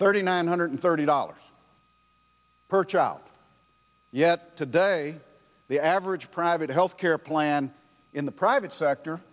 thirty nine hundred thirty dollars per child yet today the average private health care plan in the private sector